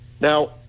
now